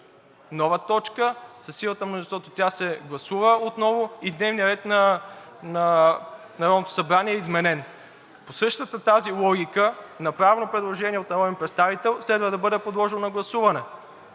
нова точка – със силата на мнозинството тя се гласува отново и дневният ред на Народното събрание е изменен. По същата тази логика, направено предложение от народен представител следва да бъде подложено на гласуване.